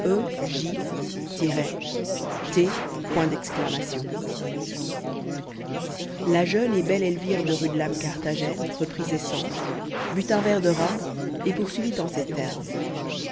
la jeune et belle elvire de rudelame carthagène reprit ses sens but un verre de rhum et poursuivit en ces termes